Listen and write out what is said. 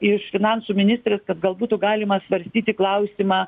iš finansų ministrės kad gal būtų galima svarstyti klausimą